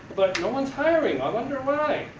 but no one's hiring, i wonder why.